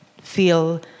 feel